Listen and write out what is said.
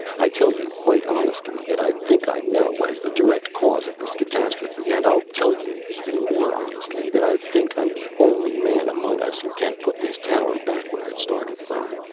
i tell you quite honestly that i think i know what is the direct cause of this catastrophe. and i'll tell you even more honestly that i think i'm the only man among us who can put this tower back where it started from.